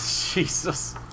Jesus